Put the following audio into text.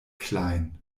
klein